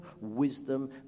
wisdom